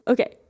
Okay